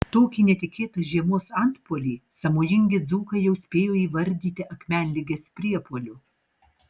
tokį netikėtą žiemos antpuolį sąmojingi dzūkai jau spėjo įvardyti akmenligės priepuoliu